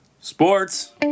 sports